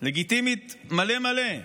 לגיטימית מלא מלא.